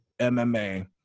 MMA